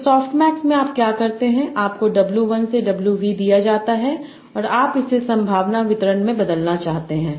तो सॉफ्टमैक्स में आप क्या करते हैं आपको W 1 से W v दिया जाता है और आप इसे संभावना वितरण में बदलना चाहते हैं